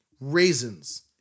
raisins